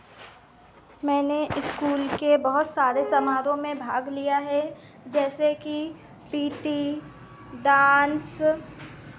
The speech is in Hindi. मैंने इस्कूल के बहुत सारे समारोह में भाग लिया है जैसे कि पी टी डांस